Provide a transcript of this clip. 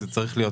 צריך להיות